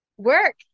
work